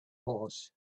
was